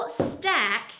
stack